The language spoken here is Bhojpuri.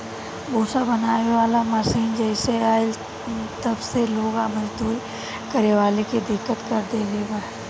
भूसा बनावे वाला मशीन जबसे आईल बा तब से लोग मजदूरी करे वाला के दिक्कत कर देले बा